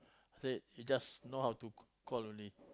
say you just know how to c~ call only